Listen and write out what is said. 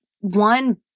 one